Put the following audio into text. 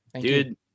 Dude